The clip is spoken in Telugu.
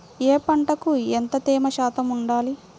ఏ పంటకు ఎంత తేమ శాతం ఉండాలి?